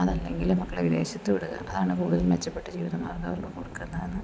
അതല്ല എങ്കിൽ മക്കളേ വിദേശത്ത് വിടുക അതാണ് കൂടുതൽ മെച്ചപ്പെട്ട ജീവിതമാഋഗം അവർക്ക് കൊടുക്കുന്നതെന്ന്